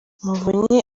muvunyi